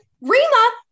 Rima